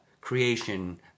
creation